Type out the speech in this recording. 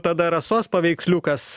tada rasos paveiksliukas